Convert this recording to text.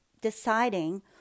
deciding